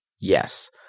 Yes